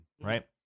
right